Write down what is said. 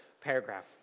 paragraph